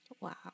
Wow